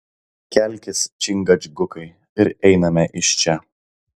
kelkis čingačgukai ir einame iš čia